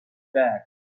back